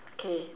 K